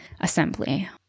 assembly